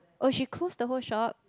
oh she closed the whole shop